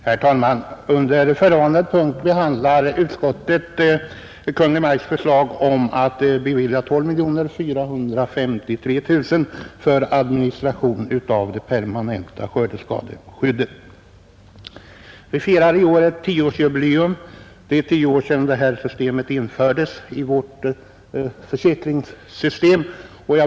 Herr talman! Under punkten 12 behandlas Kungl. Maj:ts förslag om att 12453 000 kronor anslås för administration av det permanenta skördeskadeskyddet. Vi firar i år tioårsjubileum av skördeskadeskyddets införande i vårt försäkringssystem.